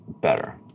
better